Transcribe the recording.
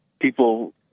people